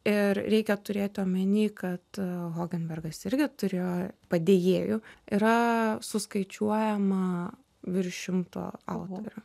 ir reikia turėti omeny kad hogenbergas irgi turėjo padėjėjų yra suskaičiuojama virš šimto autorių